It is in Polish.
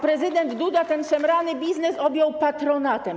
Prezydent Duda ten szemrany biznes objął swoim patronatem.